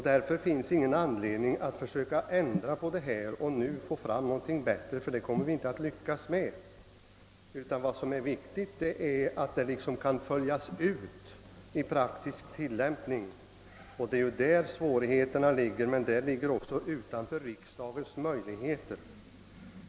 Därför finns det ingen anledning att försöka vidta en ändring i syfte att få fram något bättre, ty det kommer vi inte att lyckas med. Vad som är viktigt är att dessa ord kan så att säga följas ut i praktisk tillämpning. Det är där svårigheterna uppstår, men det ligger utanför riksdagens möjligheter att göra något åt dem.